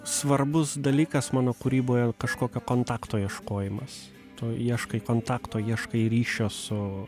svarbus dalykas mano kūryboje kažkokio kontakto ieškojimas tu ieškai kontakto ieškai ryšio su